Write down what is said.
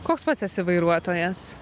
koks pats esi vairuotojas